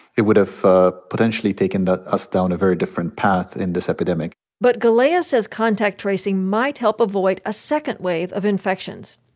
it would have potentially taken us down a very different path in this epidemic but galea says contact tracing might help avoid a second wave of infections.